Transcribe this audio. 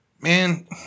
Man